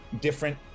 different